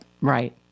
Right